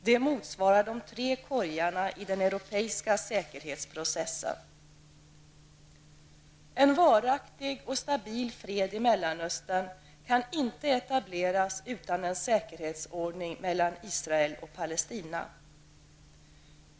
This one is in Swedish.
De motsvarar de tre korgarna i den europeiska säkerhetsprocessen. En varaktig och stabil fred i Mellanöstern kan inte etableras utan en säkerhetsordning mellan Israel och Palestina.